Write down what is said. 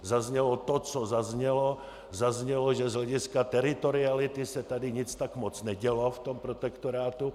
Zaznělo to, co zaznělo, zaznělo, že z hlediska teritoriality se tady nic tak moc nedělo v protektorátu.